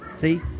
see